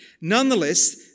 Nonetheless